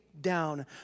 down